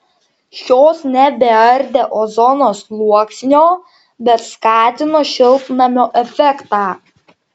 šios nebeardė ozono sluoksnio bet skatino šiltnamio efektą